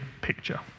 picture